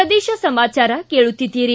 ಪ್ರದೇಶ ಸಮಾಚಾರ ಕೇಳುತ್ತೀದ್ದಿರಿ